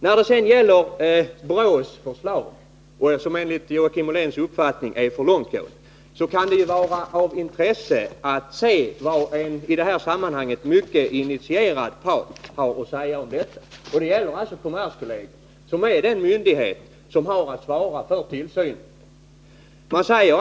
När det sedan gäller BRÅ:s förslag, vilka enligt Joakim Olléns uppfattning är för långtgående, kan det vara av intresse att se vad en i det här sammanhanget mycket initierad part har att säga. Jag avser då kommerskollegium som är den myndighet som har att svara för tillsynen över revisorerna.